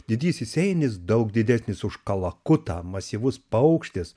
didysis einis daug didesnis už kalakutą masyvus paukštis